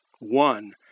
One